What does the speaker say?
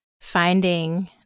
finding